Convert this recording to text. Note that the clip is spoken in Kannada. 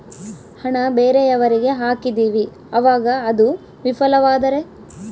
ಹಣ ಬೇರೆಯವರಿಗೆ ಹಾಕಿದಿವಿ ಅವಾಗ ಅದು ವಿಫಲವಾದರೆ?